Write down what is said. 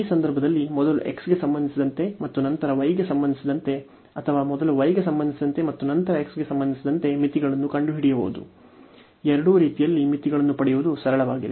ಈ ಸಂದರ್ಭಗಳಲ್ಲಿ ಮೊದಲು x ಗೆ ಸಂಬಂಧಿಸಿದಂತೆ ಮತ್ತು ನಂತರ y ಗೆ ಸಂಬಂಧಿಸಿದಂತೆ ಅಥವಾ ಮೊದಲು y ಗೆ ಸಂಬಂಧಿಸಿದಂತೆ ಮತ್ತು ನಂತರ x ಗೆ ಸಂಬಂಧಿಸಿದಂತೆ ಮಿತಿಗಳನ್ನು ಕಂಡುಹಿಡಿಯುವುದು ಎರಡೂ ರೀತಿಯಲ್ಲಿ ಮಿತಿಗಳನ್ನು ಪಡೆಯುವುದು ಸರಳವಾಗಿದೆ